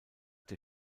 der